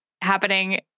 happening